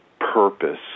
purpose